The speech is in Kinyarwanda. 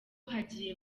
hagiye